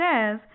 says